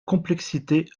complexité